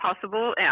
possible